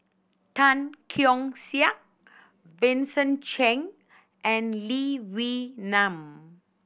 Tan Keong Saik Vincent Cheng and Lee Wee Nam